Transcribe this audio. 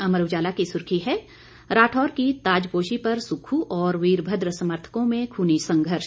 अमर उजाला की सुर्खी है राठौर की ताजपोशी पर सुक्खू और वीरभद्र समर्थकों में खूनी संघर्ष